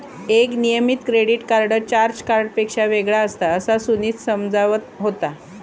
एक नियमित credit card charge कार्डपेक्षा वेगळा असता, असा सुनीता समजावत होता